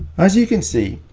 as you can see,